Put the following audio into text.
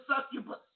succubus